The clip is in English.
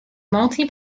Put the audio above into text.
multi